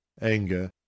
anger